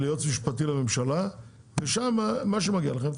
עובר לבוררות של היועץ המשפטי לממשלה ושם תקבלו את מה שמגיע לכם.